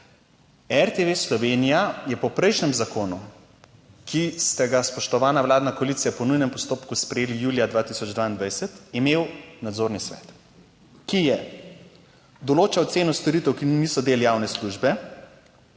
RTV Slovenija je po prejšnjem zakonu, ki ste ga, spoštovana vladna koalicija po nujnem postopku sprejeli julija 2022, imel nadzorni svet, ki je določal ceno storitev, ki niso del javne službe,